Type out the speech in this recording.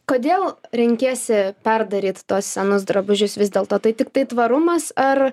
kodėl renkiesi perdaryt tuos senus drabužius vis dėlto tai tiktai tvarumas ar